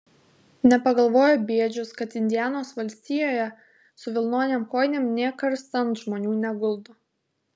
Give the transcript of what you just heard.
nepagalvojo bėdžius kad indianos valstijoje su vilnonėm kojinėm nė karstan žmonių neguldo